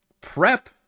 prep